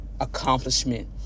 accomplishment